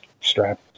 strap